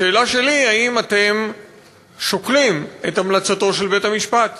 השאלה שלי היא: האם אתם שוקלים את המלצתו של בית-המשפט?